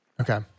Okay